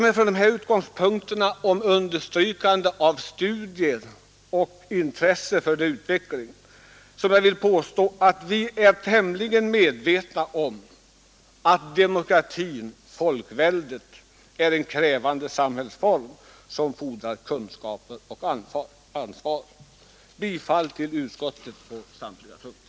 Med understrykande av behovet av studier och av vårt intresse för deras utveckling i detta sammanhang vill jag påstå att vi är tämligen medvetna om att demokratin, folkväldet, är en krävande samhällsform som fordrar kunskaper och ansvar. Jag yrkar bifall till utskottets hemställan på samtliga punkter.